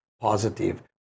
positive